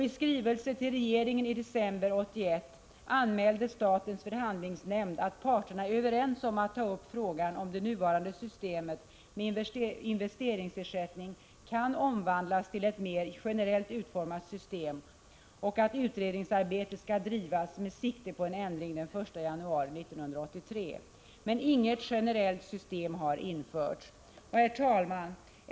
I skrivelse till regeringen i december 1981 har statens förhandlingsnämnd anmält att parterna är överens om att ta upp frågan huruvida det nuvarande systemet med investeringsersättning kan omvandlas till ett mer generellt utformat system och att utredningsarbetet skulle drivas med sikte på en förändring den 1 januari 1983. Inget generellt system har dock införts. Herr talman!